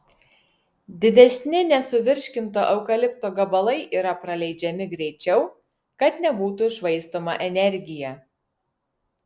didesni nesuvirškinto eukalipto gabalai yra praleidžiami greičiau kad nebūtų švaistoma energija